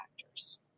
factors